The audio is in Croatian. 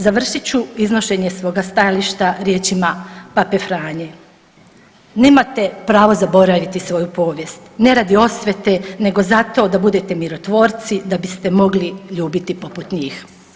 Završit ću iznošenje svoga stajališta riječima Pape Franje, nemate pravo zaboraviti svoju povijest, ne radi osvete nego zato da budete mirotvorci da biste mogli ljubiti poput njih.